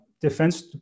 Defense